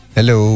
Hello